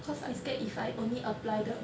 cause I scared if I only apply the